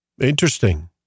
Interesting